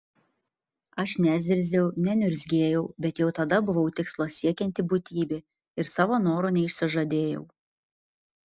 aš nezirziau neniurzgėjau bet jau tada buvau tikslo siekianti būtybė ir savo noro neišsižadėjau